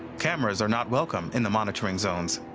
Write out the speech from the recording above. cameras are not welcome in the monitoring zones.